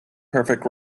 perfect